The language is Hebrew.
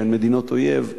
מדינות אויב.